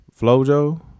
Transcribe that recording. Flojo